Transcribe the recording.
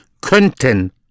könnten